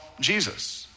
Jesus